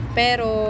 pero